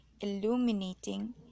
illuminating